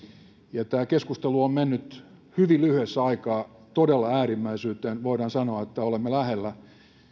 tämä keskustelu on mennyt hyvin lyhyessä aikaa todella äärimmäisyyteen voidaan sanoa että olemme